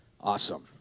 Awesome